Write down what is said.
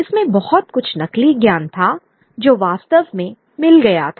इसमें बहुत कुछ नकली ज्ञान था जो वास्तव में मिल गया था